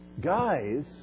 guys